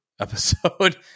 episode